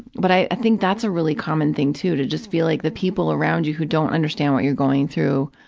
but i think that's a really common thing, too, to just feel like the people people around you who don't understand what you're going through,